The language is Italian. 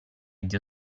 dio